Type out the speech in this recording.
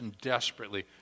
desperately